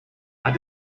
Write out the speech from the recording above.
hat